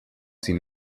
sie